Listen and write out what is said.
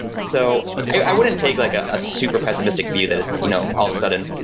so i wouldn't take like a super pessimistic view that it's you know all of a sudden